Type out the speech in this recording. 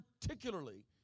particularly